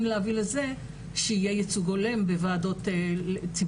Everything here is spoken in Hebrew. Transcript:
להביא לזה שיהיה ייצוג הולם בוועדות ציבוריות.